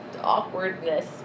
awkwardness